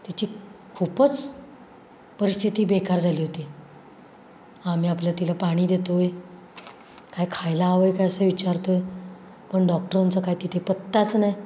तिची खूपच परिस्थिती बेकार झाली होती आम्ही आपल्या तिला पाणी देतो आहे काय खायला हवं आहे काय असं विचारतो आहे पण डॉक्टरांचं काय तिथे पत्ताच नाही